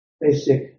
basic